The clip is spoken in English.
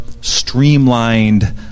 streamlined